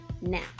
Now